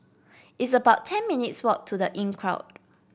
it's about ten minutes' walk to The Inncrowd